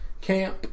Camp